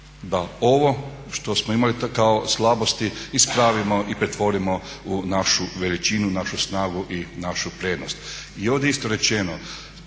da ovo što smo imalo kao slabosti ispravimo i pretvorimo u našu veličinu, našu snagu i našu prednost? I ovdje je isto rečeno